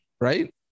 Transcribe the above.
right